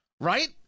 right